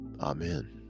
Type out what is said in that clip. Amen